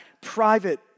private